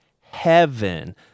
heaven